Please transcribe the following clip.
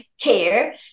care